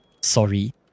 sorry